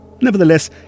Nevertheless